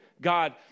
God